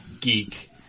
geek